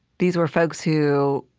these were folks who